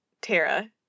tara